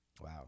Wow